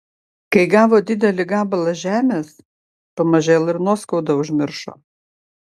kai gavo didelį gabalą žemės pamažėl ir nuoskaudą užmiršo